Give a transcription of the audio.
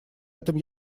этом